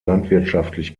landwirtschaftlich